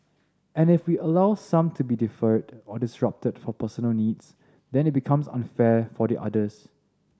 and if we allow some to be deferred or disrupted for personal needs then it becomes unfair for the others